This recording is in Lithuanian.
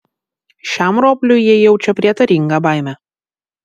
šiam ropliui jie jaučia prietaringą baimę